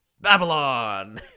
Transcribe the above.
Babylon